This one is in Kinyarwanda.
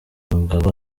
umugabo